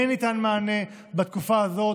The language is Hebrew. כן ניתן מענה בתקופה הזאת,